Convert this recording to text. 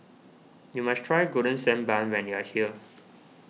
you must try Golden Sand Bun when you are here